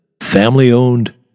family-owned